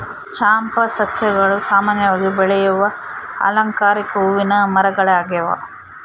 ಚಂಪಾ ಸಸ್ಯಗಳು ಸಾಮಾನ್ಯವಾಗಿ ಬೆಳೆಯುವ ಅಲಂಕಾರಿಕ ಹೂವಿನ ಮರಗಳಾಗ್ಯವ